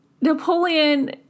Napoleon